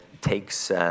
takes